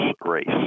race